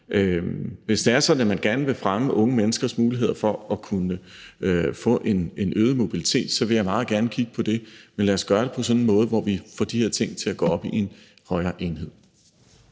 Hvis det er sådan, at man gerne vil fremme unge menneskers muligheder for at få en øget mobilitet, vil jeg meget gerne kigge på det. Men lad os gøre det på en sådan måde, at vi får de her ting til at gå op i en højere enhed.